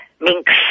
minks